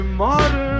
modern